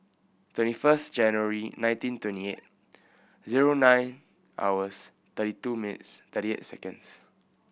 twenty first January nineteen twenty eight zero nine hours thirty two minutes thirty eight seconds